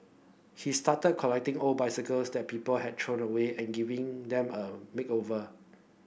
he started collecting old bicycles that people had thrown away and giving them a makeover